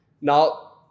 Now